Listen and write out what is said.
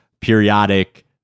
periodic